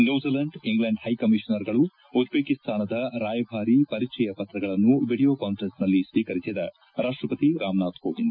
New Zealand England ಪ್ಲೆಕಮಿಷನರ್ಗಳು ಉಜ್ಲೇಕಿಸ್ತಾನದ ರಾಯಭಾರಿ ಪರಿಚಯ ಪತ್ರಗಳನ್ನು ವಿಡಿಯೋ ಕಾನ್ವರೆನ್ಸ್ನಲ್ಲಿ ಸ್ವೀಕರಿಸಿದ ರಾಷ್ಟಪತಿ ರಾಮನಾಥ್ ಕೋವಿಂದ್